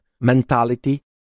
mentality